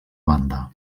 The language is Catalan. banda